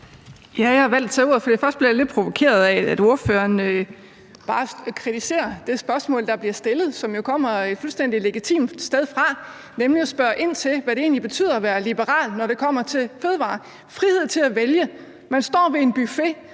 Jeg har valgt at tage ordet, for jeg blev lidt provokeret af, at ordføreren bare kritiserer det spørgsmål, der bliver stillet, og som jo kommer et fuldstændig legitimt sted fra, nemlig at man spørger ind til, hvad det egentlig betyder at være liberal, når det kommer til fødevarer. Frihed til at vælge – man står ved en buffet,